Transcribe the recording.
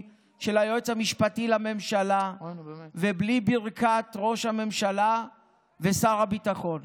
של היועץ המשפטי לממשלה ובלי ברכת ראש הממשלה ושר הביטחון.